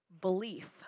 Belief